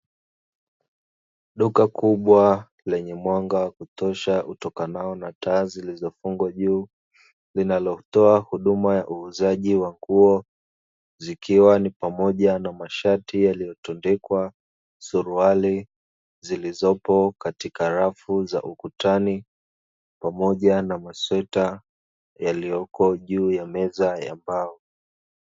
Duka kubwa lenye mwanga wa kutosha utokanao na taa zilizofungwa juu linalotoa huduma ya uuzaji wa nguo zikiwa ni pamoja na mashati yaliyotundikwa, suruali zilizopo katika rafu za ukutani pamoja na masweta yaliyoko juu ya meza ya mbao.